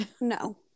No